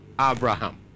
Abraham